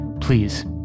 please